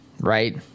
right